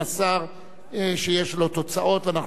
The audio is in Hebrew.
שיש לו תוצאות, ואנחנו מאוד מודים לשר